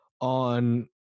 on